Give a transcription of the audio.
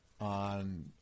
on